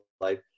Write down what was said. life